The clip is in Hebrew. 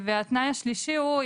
והתנאי השלישי הוא,